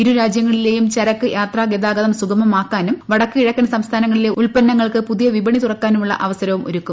ഇരുരാജ്യങ്ങളിലെയും ചരക്ക് യാത്രാ ഗതാഗതം സുഗമമാക്കാനും വടക്ക് കിഴക്കൻ സംസ്ഥാനങ്ങളിലെ ഉൽപ്പന്നങ്ങൾക്ക് പുതിയ വിപണി തുറക്കാനുള്ള അവസരവും ഒരുക്കും